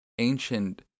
Ancient